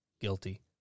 guilty